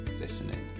Listening